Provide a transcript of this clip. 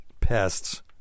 pests